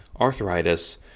arthritis